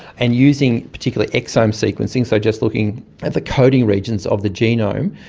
and using particular exome sequencing, so just looking at the coding regions of the genome,